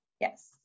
yes